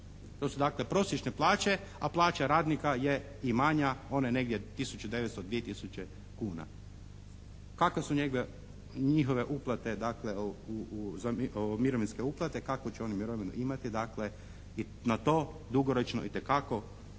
To su dakle prosječne plaće, a plaća radnika je i manja, ona je negdje tisuću 900, 2 tisuće kuna. Kakve su njihove uplate dakle, mirovinske uplate, kakvu će oni mirovinu imati dakle i na to dugoročno itekako